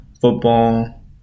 football